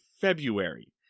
February